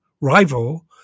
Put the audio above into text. rival